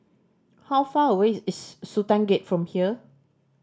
how far away is Sultan Gate from here